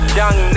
young